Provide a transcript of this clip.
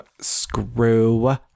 screw